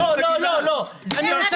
לא מקובל.